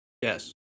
yes